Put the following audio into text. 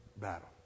battle